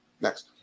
next